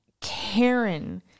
Karen